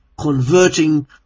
converting